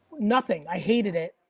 nothing, i hated it.